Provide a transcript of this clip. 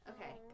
Okay